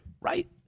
Right